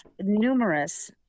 numerous